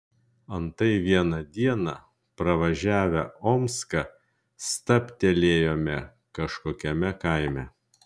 antai vieną dieną pravažiavę omską stabtelėjome kažkokiame kaime